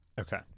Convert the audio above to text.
okay